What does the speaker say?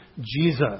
Jesus